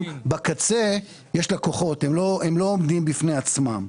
בקצה יש לקוחות והם לא עומדים בפני עצמם.